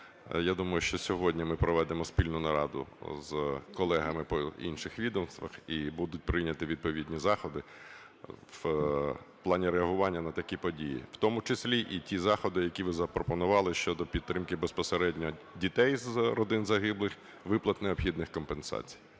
Я думаю, що сьогодні ми проведемо спільну нараду з колегами по інших відомствах і будуть прийняті відповідні заходи в плані реагування на такі події, в тому числі і ті заходи, які ви запропонували щодо підтримки безпосередньо дітей з родин загиблих, виплат необхідних компенсацій.